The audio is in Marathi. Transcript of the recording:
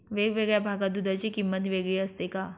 वेगवेगळ्या भागात दूधाची किंमत वेगळी असते का?